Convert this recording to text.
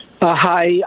Hi